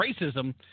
racism